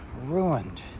ruined